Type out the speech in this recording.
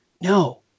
No